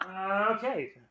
Okay